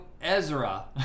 Ezra